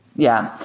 yeah.